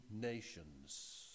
nations